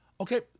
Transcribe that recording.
Okay